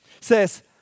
says